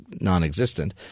non-existent